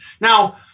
Now